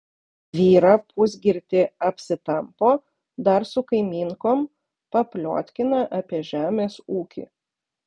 vyrą pusgirtį apsitampo dar su kaimynkom papliotkina apie žemės ūkį